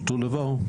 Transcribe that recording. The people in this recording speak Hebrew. ואותו דבר,